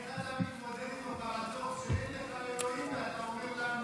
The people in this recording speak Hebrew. איך אתה מתמודד עם הפרדוקס שאין לך אלוהים ואתה אומר לנו את זה?